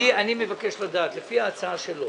אני מבקש לדעת: לפי ההצעה שלו,